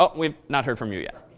ah we've not hear from you yet.